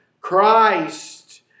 Christ